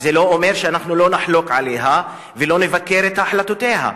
זה לא אומר שאנחנו לא נחלוק עליה ולא נבקר את החלטותיה.